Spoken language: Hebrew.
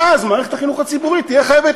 ואז מערכת החינוך הציבורית תהיה חייבת